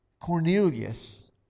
Cornelius